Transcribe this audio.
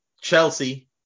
Chelsea